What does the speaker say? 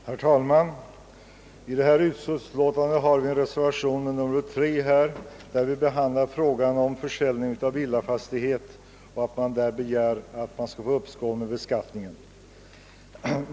Herr talman! I reservation 3 till detta bevillningsutskottets betänkande nr 43 behandlas frågan om uppskov med beskattningen vid försäljning av villa på grund av ägarens flyttning från orten.